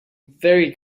very